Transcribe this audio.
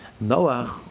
Noah